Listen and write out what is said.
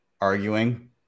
arguing